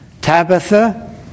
Tabitha